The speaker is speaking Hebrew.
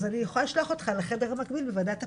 אז אני יכולה לשלוח אותך לחדר המקביל בוועדת הפנים,